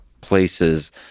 places